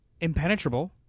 impenetrable